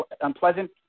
unpleasant